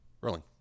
Rolling